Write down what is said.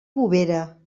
bovera